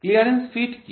clearance fit কি